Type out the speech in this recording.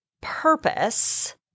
purpose